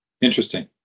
Interesting